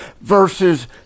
versus